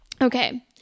Okay